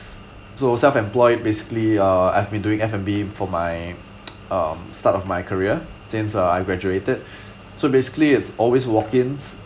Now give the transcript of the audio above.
so self employed basically uh I have been doing F and B for my um start of my career since uh I graduated so basically it's always walk-ins